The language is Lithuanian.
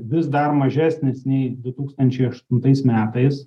vis dar mažesnis nei du tūkstančiai aštuntais metais